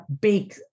big